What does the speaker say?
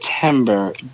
September